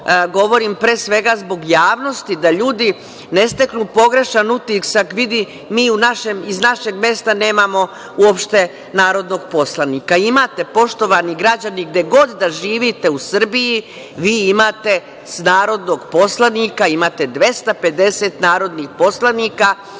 govorim, pre svega, zbog javnosti da ljudi ne steknu pogrešan utisak, vidi iz našeg mesta nemamo uopšte narodnog poslanika. Imate poštovani građani gde god da živite u Srbiji, vi imate narodnog poslanika, imate 250 narodnih poslanika